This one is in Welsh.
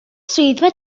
swyddfa